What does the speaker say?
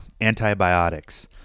antibiotics